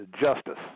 justice